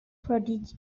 prodigy